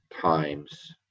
times